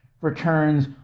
returns